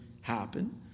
happen